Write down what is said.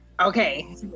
Okay